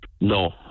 no